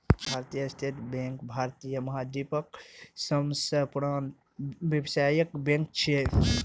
भारतीय state bank भारतीय महाद्वीपक सबसं पुरान व्यावसायिक बैंक छियै